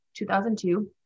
2002